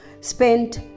spent